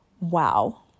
wow